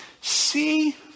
see